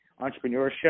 entrepreneurship